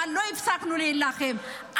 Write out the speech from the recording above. אבל לא הפסקנו להילחם.